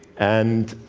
and,